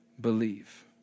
believe